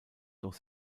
doch